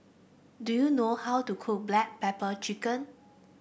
do you know how to cook Black Pepper Chicken